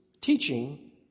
teaching